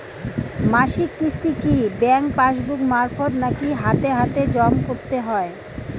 মাসিক কিস্তি কি ব্যাংক পাসবুক মারফত নাকি হাতে হাতেজম করতে হয়?